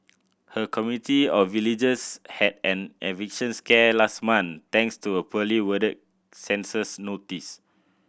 her community of villagers had an eviction scare last month thanks to a poorly worded census notice